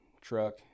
truck